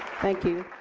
thank you.